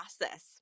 process